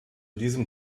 diesem